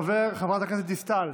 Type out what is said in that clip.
חברת הכנסת דיסטל,